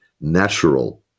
natural